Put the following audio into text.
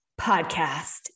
podcast